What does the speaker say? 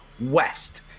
west